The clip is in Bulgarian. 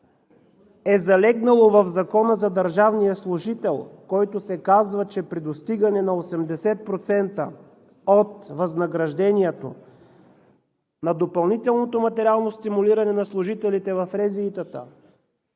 е залегнало в Закона за държавния служител, в който се казва, че при достигане на 80% от възнаграждението на допълнителното материално стимулиране на служителите в РЗИ-тата,